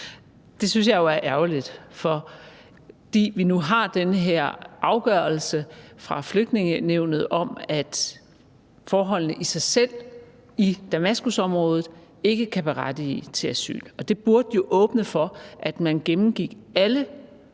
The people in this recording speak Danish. Det synes jeg jo er ærgerligt, fordi vi nu har den her afgørelse fra Flygtningenævnet om, at forholdene i sig selv i Damaskusområdet ikke kan berettige til asyl, og det burde jo åbne for, at man gennemgik alle